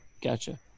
gotcha